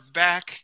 back